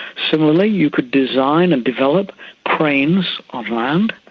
similarly you could design and develop cranes on land,